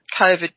COVID